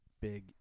big